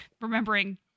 remembering